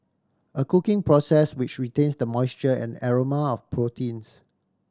a cooking process which retains the moisture and aroma of proteins